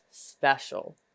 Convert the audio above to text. special